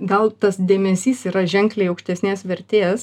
gal tas dėmesys yra ženkliai aukštesnės vertės